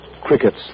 Crickets